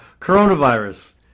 coronavirus